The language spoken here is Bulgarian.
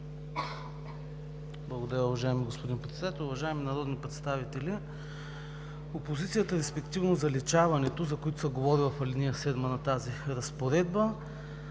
Благодаря, уважаеми господин Председател. Уважаеми народни представители! Опозицията, респективно заличаването, за което се говори в ал. 7 на тази разпоредба,